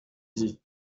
dit